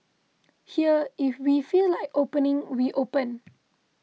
here if we feel like opening we open